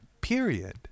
period